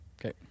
Okay